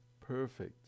perfect